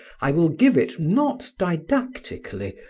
i will give it, not didactically,